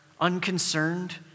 unconcerned